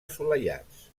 assolellats